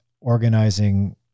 organizing